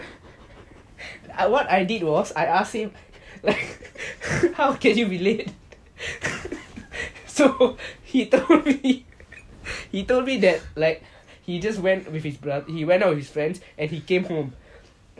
I what I did was I asked him like how can you be late so he he he told me that like he just went with his brother he went out with his friends and he came home